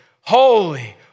holy